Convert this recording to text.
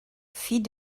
fille